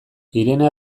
irene